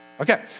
Okay